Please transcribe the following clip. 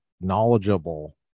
knowledgeable